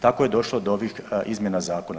Tako je došlo do ovih izmjena zakona.